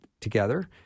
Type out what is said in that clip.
together